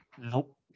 Nope